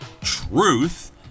truth